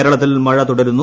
കേരളത്തിൽ മഴ തുടരുന്നു